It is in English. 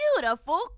beautiful